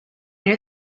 near